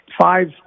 five